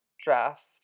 draft